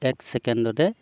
এক ছেকেণ্ডতে